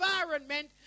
environment